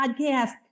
podcast